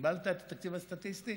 קיבלת את התקציב הסטטיסטי?